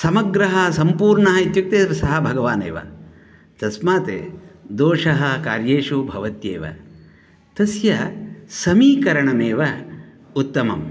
समग्रः सम्पूर्णः इत्युक्ते सः भगवान् एव तस्मात् दोषः कार्येषु भवत्येव तस्य समीकरणमेव उत्तमं